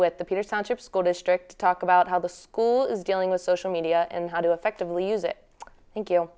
with the peterson ship school district to talk about how the school is dealing with social media and how to effectively use it